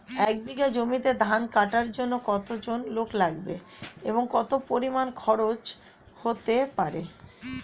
এক বিঘা জমিতে ধান কাটার জন্য কতজন লোক লাগবে এবং কত পরিমান খরচ হতে পারে?